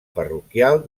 parroquial